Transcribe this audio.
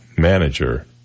manager